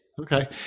okay